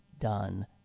done